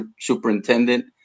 superintendent